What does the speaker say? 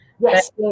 Yes